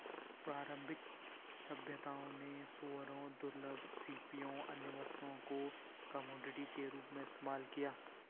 प्रारंभिक सभ्यताओं ने सूअरों, दुर्लभ सीपियों, अन्य वस्तुओं को कमोडिटी के रूप में इस्तेमाल किया